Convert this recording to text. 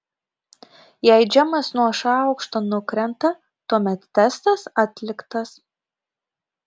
jei džemas nuo šaukšto nukrenta tuomet testas atliktas